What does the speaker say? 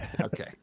Okay